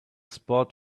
spot